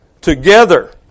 Together